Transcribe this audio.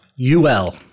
UL